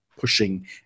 pushing